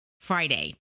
Friday